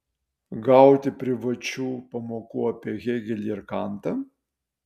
gauti privačių pamokų apie hėgelį ir kantą